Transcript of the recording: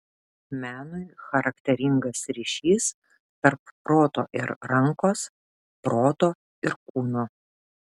menui charakteringas ryšys tarp proto ir rankos proto ir kūno